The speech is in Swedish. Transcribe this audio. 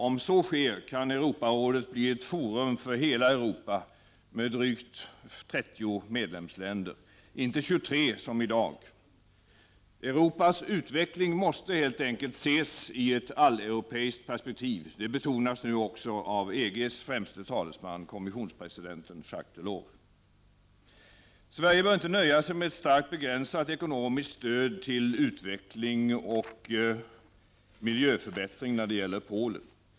Om så sker kan Europarådet bli ett forum för hela Europa med drygt 30 medlemsländer, inte 23 som i dag. Europas utveckling måste helt enkelt ses i ett alleuropeiskt perspektiv. Det betonas nu också av EG:s främste talesman, kommissionspresidenten Jacques Delors. Sverige bör inte nöja sig med ett starkt begränsat ekonomiskt stöd till Polen för utveckling och miljöförbättring.